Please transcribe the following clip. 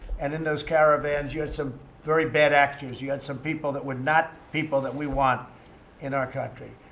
and in those caravans, you had some very bad actors. you had some people that were not people that we want in our country.